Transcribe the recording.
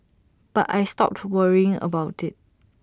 but I stopped worrying about IT